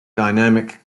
dynamic